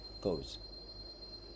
goes